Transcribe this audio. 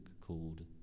called